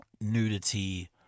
nudity